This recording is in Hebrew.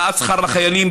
העלאת שכר לחיילים,